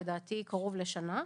לדעתי קרוב לשנה,